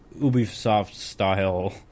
Ubisoft-style